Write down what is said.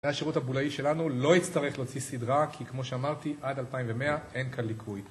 והשירות הבולאי שלנו לא יצטרך להוציא סדרה, כי כמו שאמרתי, עד 2100 אין כאן ליקוי